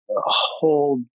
hold